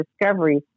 discovery